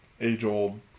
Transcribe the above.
age-old